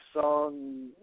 song